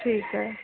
ਠੀਕ ਹੈ